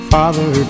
Father